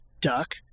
duck